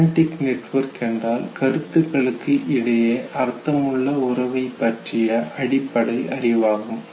semantic network என்றால் கருத்துக்களுக்கு இடையே அர்த்தமுள்ள உறவை பற்றி அடிப்படை அறிவாகும்